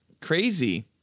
crazy